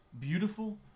beautiful